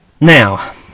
Now